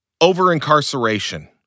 over-incarceration